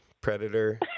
Predator